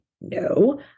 No